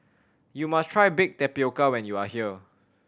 you must try bake tapioca when you are here